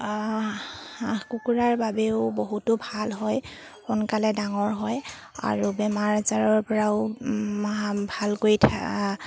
হাঁহ কুকুৰাৰ বাবেও বহুতো ভাল হয় সোনকালে ডাঙৰ হয় আৰু বেমাৰ আজাৰৰপৰাও ভালকৈ